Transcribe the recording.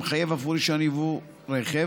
המחייב אף הוא רישיון יבוא רכב,